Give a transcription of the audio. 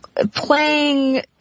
Playing